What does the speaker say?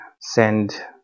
send